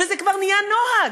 וזה כבר נהיה נוהג,